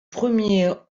premier